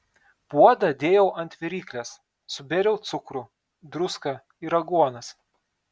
puodą dėjau ant viryklės subėriau cukrų druską ir aguonas